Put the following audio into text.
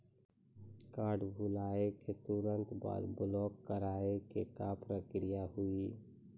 Card भुलाए के तुरंत बाद ब्लॉक करवाए के का प्रक्रिया हुई?